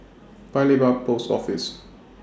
Paya Lebar Post Office